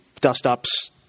dust-ups